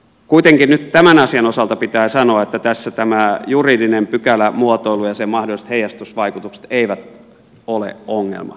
kuitenkin nyt tämän asian osalta pitää sanoa että tässä tämä juridinen pykälämuotoilu ja sen mahdolliset heijastusvaikutukset eivät ole ongelma